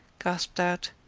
gasped out,